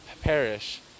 perish